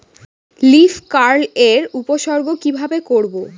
Leaf curl এর উপসর্গ কিভাবে করব?